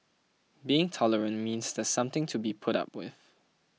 being tolerant means there's something to be put up with